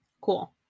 Cool